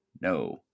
no